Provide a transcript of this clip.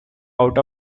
out